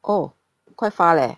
oh quite far leh